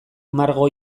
margo